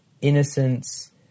innocence